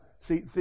See